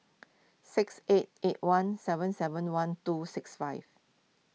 six eight eight one seven seven one two six five